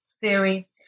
theory